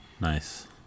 Nice